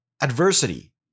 adversity